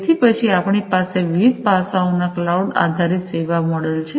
તેથી પછી આપણી પાસે વિવિધ પાસાઓ ના ક્લાઉડ આધારીત સેવા મોડેલ છે